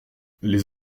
les